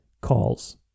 calls